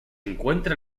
encuentra